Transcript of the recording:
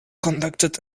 conducted